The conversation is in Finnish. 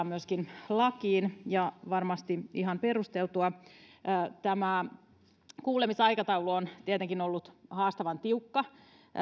myöskin lakiin ja varmasti ihan perustellusti tämä kuulemisaikataulu on tietenkin ollut haastavan tiukka